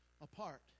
apart